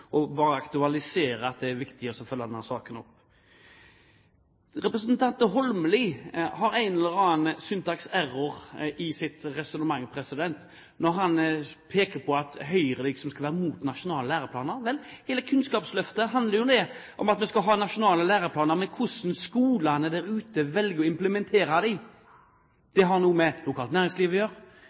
og det aktualiserer at det er viktig å følge denne saken opp. Representanten Holmelid har en eller annen «syntax error» i sitt resonnement når han peker på at Høyre liksom skal være mot nasjonale læreplaner. Hele Kunnskapsløftet handler jo om at vi skal ha nasjonale læreplaner, men hvordan skolene der ute velger å implementere dem, har noe med lokalt næringsliv å gjøre. Det har noe med